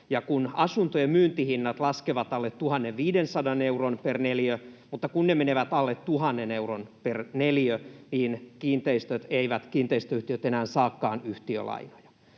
kun asuntojen myyntihinnat laskevat alle 1 500 euron per neliö ja kun ne menevät alle 1 000 euron per neliö, niin eivät kiinteistöyhtiöt enää saakaan yhtiölainoja.